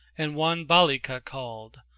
and one balika called,